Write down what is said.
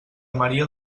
maria